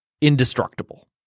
indestructible